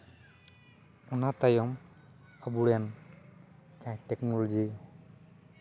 ᱚᱱᱟ ᱛᱟᱭᱚᱢ ᱟᱵᱚ ᱨᱮᱱ ᱡᱟᱦᱟᱸᱭ ᱴᱮᱠᱱᱳᱞᱚᱡᱤ